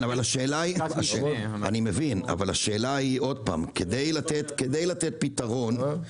אני מבין אבל השאלה - כדי לתת פתרון,